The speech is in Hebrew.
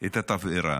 את התבערה.